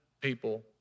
people